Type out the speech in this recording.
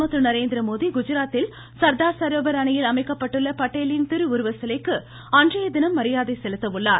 பிரதமர் திரு நரேந்திரமோடி குஜராத்தில் சர்தார் சரோவா அணையில் அமைக்கப்பட்டுள்ள பட்டேலின் திருவுருவ சிலைக்கு அன்றைய தினம் மரியாதை செலுத்தஉள்ளார்